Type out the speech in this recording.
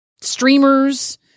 streamers